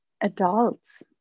adults